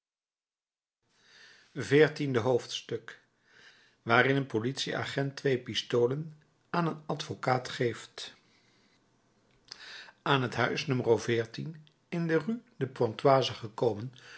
veertiende hoofdstuk waarin een politieagent twee pistolen aan een advocaat geeft aan het huis no in de rue de pontoise gekomen